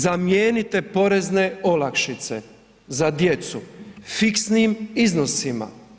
Zamijenite porezne olakšice za djecu fiksnim iznosima.